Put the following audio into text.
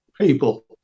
people